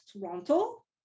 Toronto